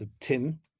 Tim